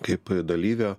kaip dalyvio